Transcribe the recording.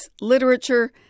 literature